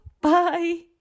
bye